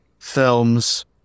films